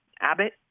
Abbott